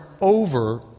over